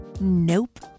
Nope